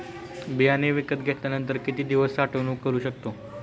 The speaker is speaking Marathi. बियाणे विकत घेतल्यानंतर किती दिवस साठवणूक करू शकतो?